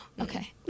Okay